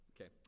Okay